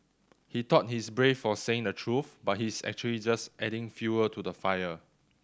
he thought he's brave for saying the truth but he's actually just adding fuel to the fire